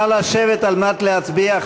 נא לשבת כדי להצביע.